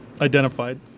identified